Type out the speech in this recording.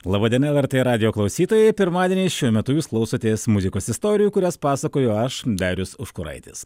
laba diena lrt radijo klausytojai pirmadienį šiuo metu jūs klausotės muzikos istorijų kurias pasakoju aš darius užkuraitis